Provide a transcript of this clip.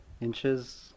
inches